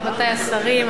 רבותי השרים,